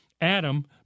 Adam